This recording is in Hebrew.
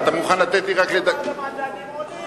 אתה מוכן לתת לי רק, איפה מדענים עולים?